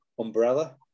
umbrella